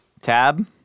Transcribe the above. Tab